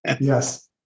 Yes